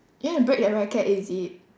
then you break the racket is it